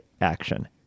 action